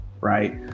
right